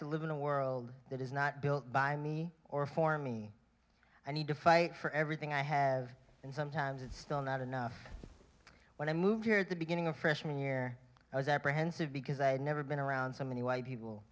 to live in a world that is not built by me or for me i need to fight for everything i have and sometimes it's still not enough when i moved here at the beginning of freshman year i was apprehensive because i had never been around so many white people